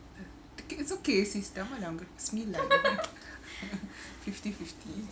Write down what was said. ah it~ it's okay sis dah malam kan dah pukul sembilan fifty fifty